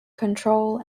control